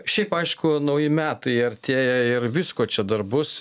šiaip aišku nauji metai artėja ir visko čia dar bus